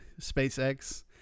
SpaceX